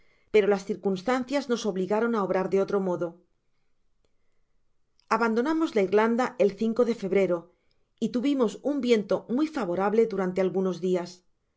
pero las circunstancias nos obligaron á obrar de otro modo abandonamos la irlanda el de febrero y tuvimos un viento muy favorable durante algunos dias